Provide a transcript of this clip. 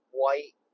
white